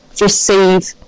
receive